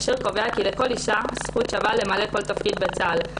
אשר קובע כי לכל אישה זכות שווה למלא כל תפקיד בצה"ל,